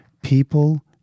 People